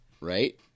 Right